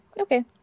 okay